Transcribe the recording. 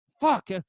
fuck